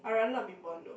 I rather not be born though